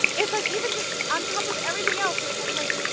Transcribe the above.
it's like, even just on top of everything else, there was that, like,